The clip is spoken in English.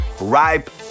Ripe